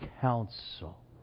council